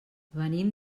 venim